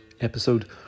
episode